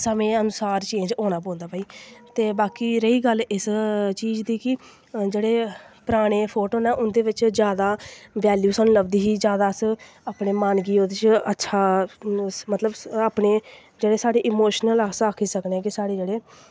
समें अनुसार चेंज़ होनां पौंदा भाई ते बाकी रेही गल्ल इस चीज़ दी कि जेह्ड़े पराने फोटो न उं'दे च जैदा बैल्यू सानूं लब्भदी ही जैदा अस अपने मन गी ओह्दे च अच्छा मतलब अपने जेह्ड़े साढ़े इमोशनल अस आक्खी सकने कि